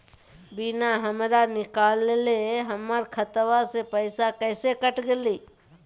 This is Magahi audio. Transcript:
बिना हमरा निकालले, हमर खाता से पैसा कैसे कट गेलई?